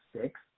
six